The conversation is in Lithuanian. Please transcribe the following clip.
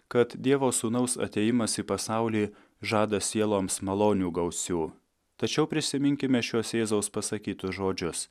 kad dievo sūnaus atėjimas į pasaulį žada sieloms malonių gausių tačiau prisiminkime šiuos jėzaus pasakytus žodžius